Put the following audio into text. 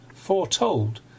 Foretold